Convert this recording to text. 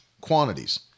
quantities